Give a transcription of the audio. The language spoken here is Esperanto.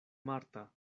marta